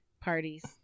parties